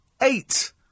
eight